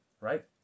right